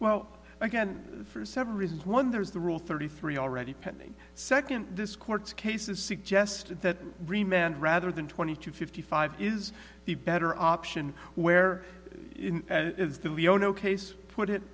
well again for several reasons one there is the rule thirty three already pending second this court's cases suggest that remained rather than twenty two fifty five is the better option where